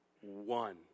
one